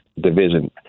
division